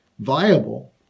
viable